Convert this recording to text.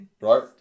right